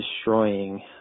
destroying